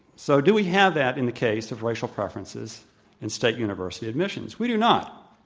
so, do we have that in the case of racial preferences in state university admissions? we do not.